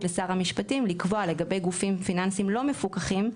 לשר המשפטים לקבוע לגבי גופים פיננסים לא מפוקחים,